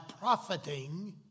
profiting